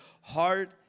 Heart